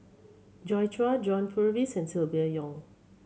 Joi Chua John Purvis and Silvia Yong